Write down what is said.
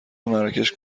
مراکش